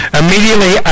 immediately